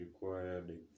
required